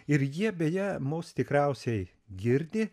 ir jie beje mus tikriausiai girdi